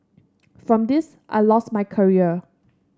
from this I lost my career